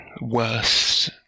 Worst